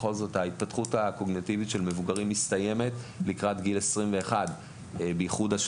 בכל משך צלילת ההיכרות ילווה את הצולל ויאחוז בו מדריך צלילה שהוסמך לפי